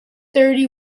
thirty